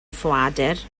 ffoadur